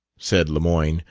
said lemoyne,